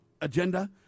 agenda